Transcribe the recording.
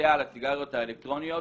הסיגריות האלקטרוניות